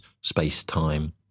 space-time